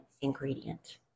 ingredient